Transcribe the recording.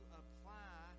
apply